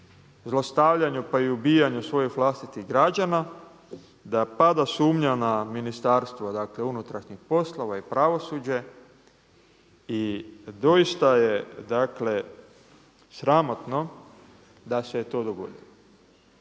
zlostavljanju pa i ubijanju svojih vlastitih građana, da pada sumnja na MUP i pravosuđe i doista je sramotno da se je to dogodilo.